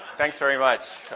thanks very much.